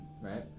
Right